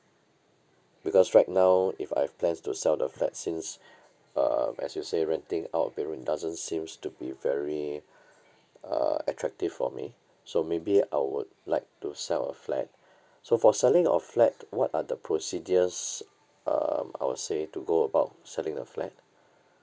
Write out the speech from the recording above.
because right now if I have plans to sell the flat since um as you say renting out the room doesn't seems to be very uh attractive for me so maybe I would like to sell a flat so for selling of flat what are the procedures um I would say to go about selling the flat